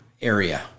area